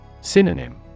Synonym